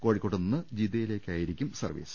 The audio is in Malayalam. കോഴിക്കോട്ട് നിന്ന് ജിദ്ദയിലേക്കായി രിക്കും സർവീസ്